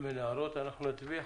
אם אין נצביע.